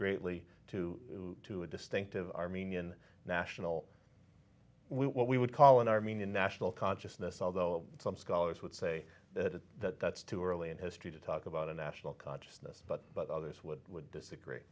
greatly to to a distinctive armenian national what we would call an armenian national consciousness although some scholars would say that that's too early in history to talk about a national consciousness but but others would disagree